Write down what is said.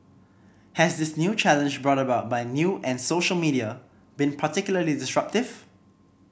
has this new challenge brought about by new and social media been particularly disruptive